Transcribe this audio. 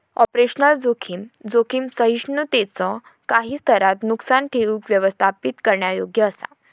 operational जोखीम, जोखीम सहिष्णुतेच्यो काही स्तरांत नुकसान ठेऊक व्यवस्थापित करण्यायोग्य असा